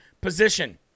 position